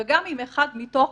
וגם אם אחד מתוך